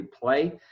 play